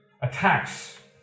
attacks